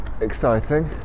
exciting